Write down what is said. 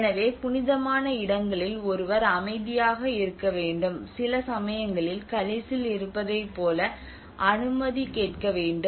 எனவே புனிதமான இடங்களில் ஒருவர் அமைதியாக இருக்க வேண்டும் சில சமயங்களில் கலிஸில் இருப்பதைப் போல அனுமதி கேட்க வேண்டும்